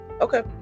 okay